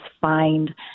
find